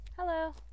Hello